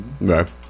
Right